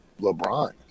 LeBron